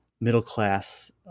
middle-class